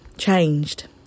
changed